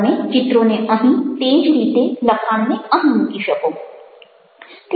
તમે ચિત્રોને અહીં તે જ રીતે લખાણને અહીં મૂકી શકો